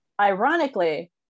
Ironically